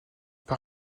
par